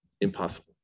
Impossible